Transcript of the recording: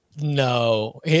No